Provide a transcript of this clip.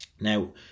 Now